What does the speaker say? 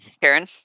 Karen